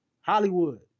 Hollywood